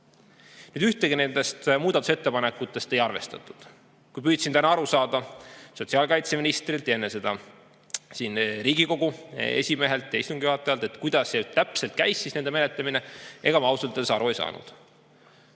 Ühtegi nendest muudatusettepanekutest ei arvestatud. Kui püüdsin täna teada saada sotsiaalkaitseministrilt ja enne seda siin Riigikogu esimehelt ja istungi juhatajalt, kuidas täpselt käis nende menetlemine, siis ega ma ausalt öeldes aru ei saanud.